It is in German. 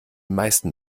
meisten